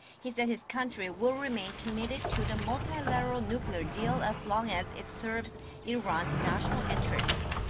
he said his country will remain committed to the multilateral nuclear deal as long as it serves iran's national interests.